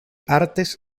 artes